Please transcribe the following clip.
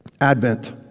Advent